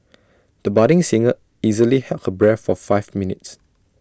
the budding singer easily held her breath for five minutes